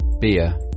beer